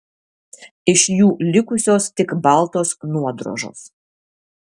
iš jų likusios tik baltos nuodrožos